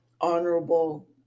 honorable